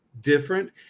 different